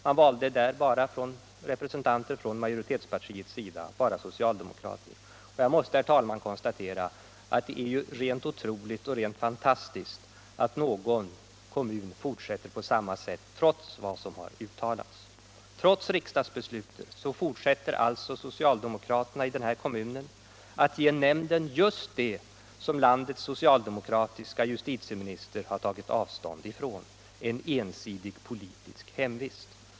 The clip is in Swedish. Man valde där bara representanter från majoritetspartiet — bara socialdemokrater. Jag måste, herr talman, konstatera att det är rent otroligt och rent fantastiskt att någon kommun fortsätter på samma sätt trots vad som har uttalats. Trots riksdagsbeslutet fortsätter socialdemokraterna i den här kommunen att ge nämnden just det som landets socialdemokratiske justitieminister har tagit avstånd från — ledamöter med ensidig politisk hemvist.